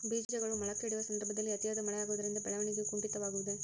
ಬೇಜಗಳು ಮೊಳಕೆಯೊಡೆಯುವ ಸಂದರ್ಭದಲ್ಲಿ ಅತಿಯಾದ ಮಳೆ ಆಗುವುದರಿಂದ ಬೆಳವಣಿಗೆಯು ಕುಂಠಿತವಾಗುವುದೆ?